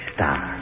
Star